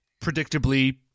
predictably